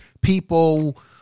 People